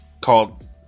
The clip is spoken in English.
called